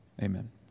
Amen